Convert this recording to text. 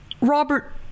Robert